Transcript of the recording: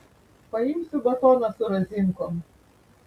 paimsiu batoną su razinkom